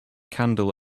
candle